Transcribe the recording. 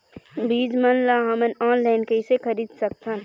बीज मन ला हमन ऑनलाइन कइसे खरीद सकथन?